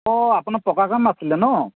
অঁ আপোনাৰ পকা কাম আছিলে ন